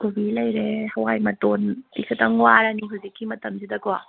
ꯀꯣꯕꯤ ꯂꯩꯔꯦ ꯍꯋꯥꯏ ꯃꯇꯣꯟꯗꯤ ꯈꯤꯇꯪ ꯋꯥꯔꯅꯤ ꯍꯧꯖꯤꯛꯀꯤ ꯃꯇꯝꯁꯤꯗꯀꯣ